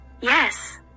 Yes